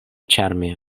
ĉarme